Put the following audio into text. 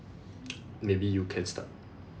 maybe you can start